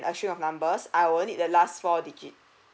a string of numbers I will need the last four digits